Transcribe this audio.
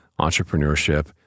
entrepreneurship